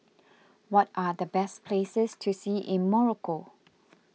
what are the best places to see in Morocco